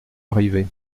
arrivé